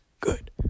good